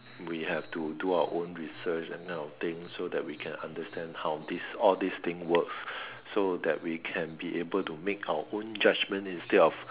we have to do our own research that kind of thing so that we can understand how this all these thing work so that we can be able to make our own judgement instead of